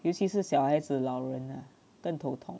尤其是小孩子老人更头痛